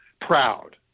proud